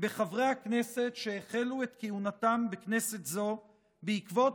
בחברי הכנסת שהחלו את כהונתם בכנסת זו בעקבות